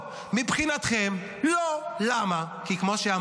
כי זו